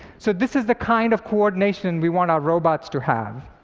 so this is the kind of coordination we want our robots to have.